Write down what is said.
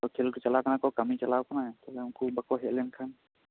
ᱠᱷᱮᱞ ᱠᱚ ᱪᱟᱞᱟᱣ ᱟᱠᱟᱱᱟ ᱠᱟᱹᱢᱤ ᱪᱟᱞᱟᱣ ᱟᱠᱟᱱᱟ ᱛᱟᱦᱚᱞᱮ ᱩᱱᱠᱩ ᱵᱟᱠᱚ ᱦᱮᱡ ᱞᱮᱱ ᱠᱷᱟᱱ